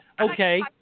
okay